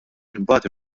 imbagħad